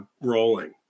rolling